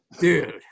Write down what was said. dude